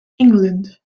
england